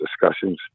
discussions